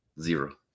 Zero